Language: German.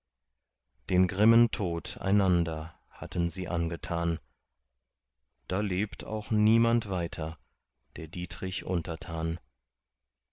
den grimmen tod einander hatten sie angetan da lebt auch niemand weiter der dietrich untertan